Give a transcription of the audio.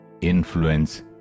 influence